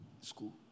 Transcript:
school